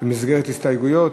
במסגרת ההסתייגויות.